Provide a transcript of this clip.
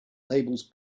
labels